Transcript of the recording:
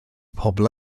pobl